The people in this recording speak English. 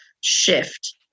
shift